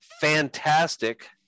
fantastic